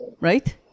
right